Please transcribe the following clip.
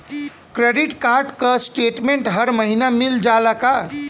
Credit card क statement हर महिना मिल जाला का?